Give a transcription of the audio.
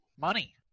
Money